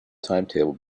timetable